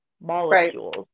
molecules